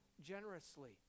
generously